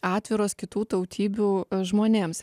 atviros kitų tautybių žmonėms